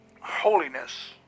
holiness